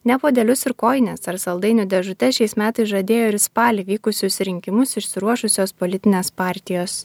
ne puodelius ir kojines ar saldainių dėžutes šiais metais žadėjo ir į spalį vykusius rinkimus išsiruošusios politinės partijos